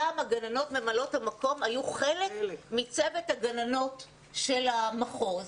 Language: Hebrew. פעם הגננות ממלאות המקום היו חלק מצוות הגננות של המחוז.